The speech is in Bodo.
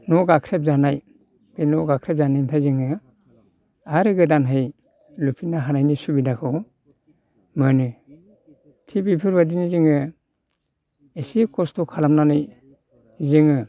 न' गाख्रेब जानाय बे न' गाख्रेब जानायनिफ्राय जोङो आरो गोदानयै लुफिननो हानायनि सुबिदाखौ मोनो थिग बेफोरबायदिनो जोङो एसे खस्थ' खालामनानै जोङो